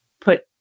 put